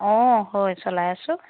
অঁ হয় চলাই আছোঁ